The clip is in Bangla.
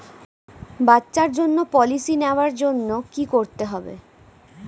বাচ্চার জন্য পলিসি নেওয়ার জন্য কি করতে হবে?